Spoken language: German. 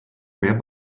mehr